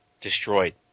destroyed